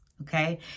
Okay